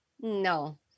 No